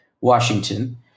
Washington